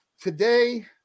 Today